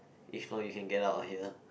if not you can get out of here